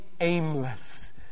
aimless